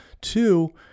Two